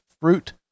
fruit